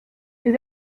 les